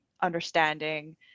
understanding